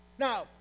Now